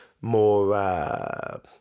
more